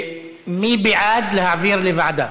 מי בעד להעביר לוועדה?